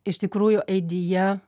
iš tikrųjų aidija